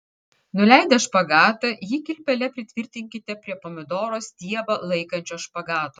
nuleidę špagatą jį kilpele pritvirtinkite prie pomidoro stiebą laikančio špagato